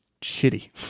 shitty